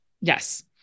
yes